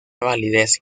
validez